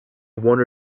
one